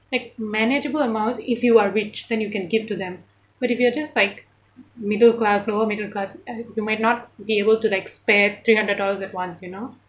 like manageable amounts if you are rich then you can give to them but if you are just like middle class lower middle class you might not be able to like spare like three hundred dollars at once you know